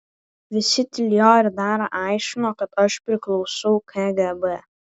visi tylėjo ir dar aiškino kad aš priklausau kgb